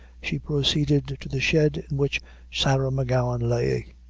she proceeded to the shed in which sarah m'gowan lay.